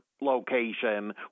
location